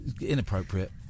Inappropriate